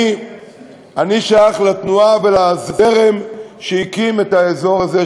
אני שייך לתנועה ולזרם שהקימו את האזור הזה,